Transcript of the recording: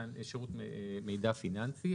שירות מידע פיננסי,